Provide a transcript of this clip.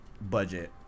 budget